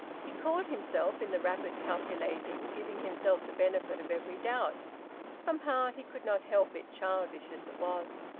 he caught himself, in the rapid calculating, giving himself the benefit of every doubt somehow he could not help it, childish as it was.